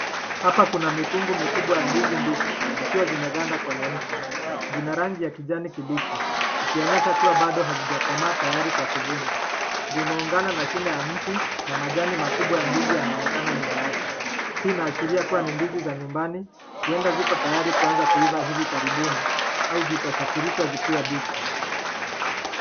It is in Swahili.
Hapana kuna mikungu mikubwa ya ndizi mbichi, zikiwa zimeganda kwenye mti, zina rangi ya kijani kibichi, ikionyesha kuwa bado hazijakomaa tayari kwa kuvunwa. Zimeungana na shine ya mti na majani makubwa ya mti yanaonekana nyuma yake, hii inaashiria kuwa ni ndizi za nyumbani, huenda ziko tayari kuanza kuiva hivi karibuni au zitasafirishwa zikiwa mbichi.